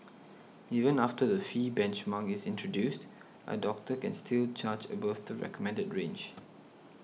even after the fee benchmark is introduced a doctor can still charge above the recommended range